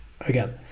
again